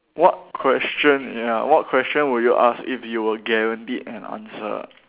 what question ya what question would you ask if you were guaranteed an answer